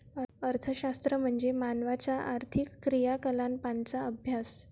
अर्थशास्त्र म्हणजे मानवाच्या आर्थिक क्रियाकलापांचा अभ्यास